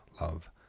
love